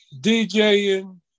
DJing